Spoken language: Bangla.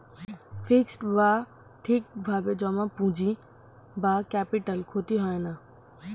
ফিক্সড বা ঠিক ভাবে জমা পুঁজি বা ক্যাপিটাল ক্ষতি হয় না